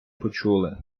почули